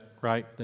right